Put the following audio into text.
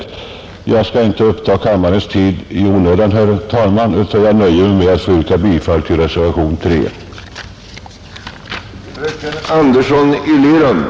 Herr talman! Jag skall inte uppta kammarens tid i onödan utan nöjer mig med att yrka bifall till reservationen III.